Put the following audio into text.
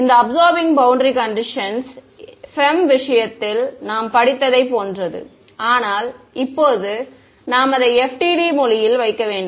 இந்த absorbing boundary conditions FEM விஷயத்தில் நாம் படித்ததைப் போன்றது ஆனால் இப்போது நாம் அதை FDTD மொழியில் வைக்க வேண்டும்